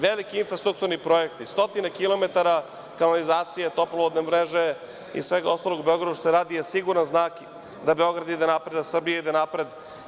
Veliki infrastrukturni projekti, stotine kilometara kanalizacije, toplovodne mreže i svega ostalog u Beogradu što se radi je siguran znak da Beograd ide napred, da Srbija ide napred.